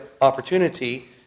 opportunity